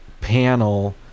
panel